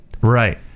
Right